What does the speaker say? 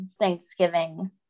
Thanksgiving